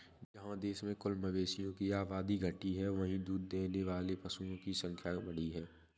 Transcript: जहाँ देश में कुल मवेशियों की आबादी घटी है, वहीं दूध देने वाले पशुओं की संख्या बढ़ी है